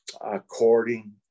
according